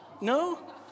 no